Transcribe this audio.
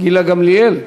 גילה גמליאל?